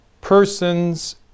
persons